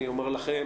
אני אומר לכם,